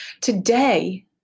Today